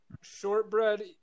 Shortbread